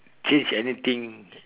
change anything